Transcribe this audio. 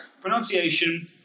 pronunciation